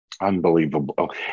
Unbelievable